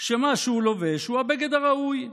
שמה שהוא לובש הוא הבגד הראוי,